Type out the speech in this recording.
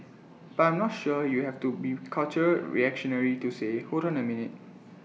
but I'm not sure you have to be cultural reactionary to say hold on A minute